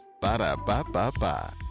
Ba-da-ba-ba-ba